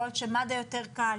יכול להיות שמד"א יותר קל,